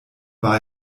war